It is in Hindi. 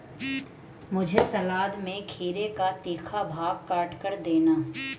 मुझे सलाद में खीरे का तीखा भाग काटकर देना